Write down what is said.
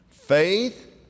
Faith